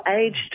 aged